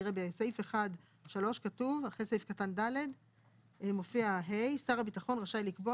1. (3) אחרי סעיף קטן (ד) יבוא: "(ה) שר הביטחון רשאי לקבוע